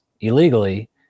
illegally